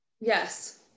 Yes